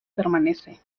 permanece